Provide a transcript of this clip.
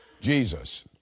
Jesus